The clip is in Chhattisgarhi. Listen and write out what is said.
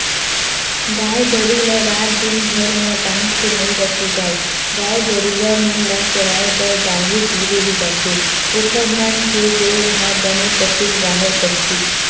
गाय गरु ल रात दिन घर म बांध के नइ रखे जाय गाय गरुवा मन ल चराए बर बाहिर ढिले ही जाथे ओखर मन के गोड़ ह बने पसुल राहय कहिके